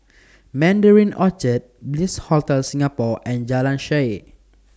Mandarin Orchard Bliss Hotel Singapore and Jalan Shaer